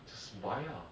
just buy lah